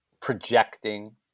projecting